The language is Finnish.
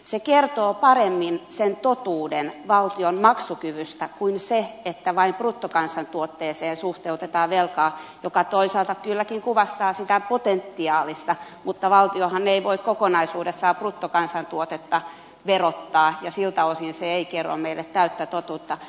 se kertoo paremmin sen totuuden valtion maksukyvystä kuin se että vain bruttokansantuotteeseen suhteutetaan velkaa mikä toisaalta kylläkin kuvastaa sitä potentiaalista tuloa mutta valtiohan ei voi kokonaisuudessaan bruttokansantuotetta verottaa ja siltä osin se ei kerro meille täyttä totuutta